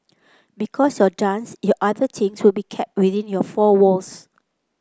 because your dance your other things will be kept within your four walls